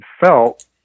felt